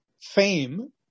fame –